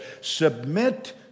Submit